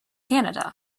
canada